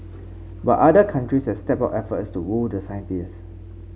but other countries have stepped up efforts to woo the scientists